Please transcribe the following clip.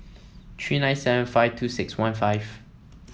three nine seven five two six one five